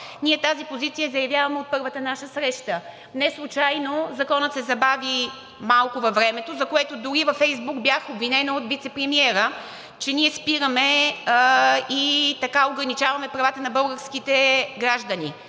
тази позиция още от първата наша среща. Неслучайно Законът се забави малко във времето, за което дори във Фейсбук бях обвинена от вицепремиера, че ние спираме и ограничаваме правата на българските граждани.